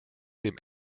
dem